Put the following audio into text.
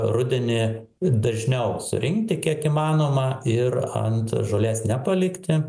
rudenį dažniau surinkti kiek įmanoma ir ant žolės nepalikti